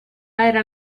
era